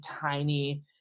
tiny